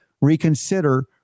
Reconsider